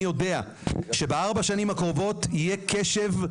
אני יודע שבארבע השנים הקרובות יהיה קשב רק